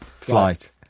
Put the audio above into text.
Flight